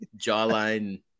jawline